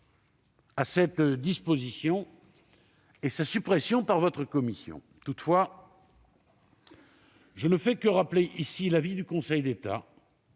à cette disposition et sa suppression par votre commission. Toutefois, et je ne fais que rappeler l'avis du Conseil d'État